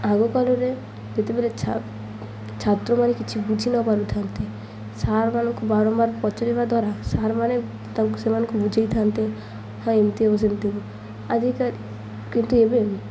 ଆଗକାଳରେ ଯେତେବେଳେ ଛାତ୍ରମାନେ କିଛି ବୁଝି ନ ପାରୁଥାନ୍ତେ ସାର୍ମାନଙ୍କୁ ବାରମ୍ବାର ପଚାରିବା ଦ୍ୱାରା ସାର୍ମାନେ ତାଙ୍କୁ ସେମାନଙ୍କୁ ବୁଝାଇଥାନ୍ତେ ହଁ ଏମିତି ହବ ସେମିତି ହବ ଆଜିକା କିନ୍ତୁ ଏବେ